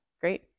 Great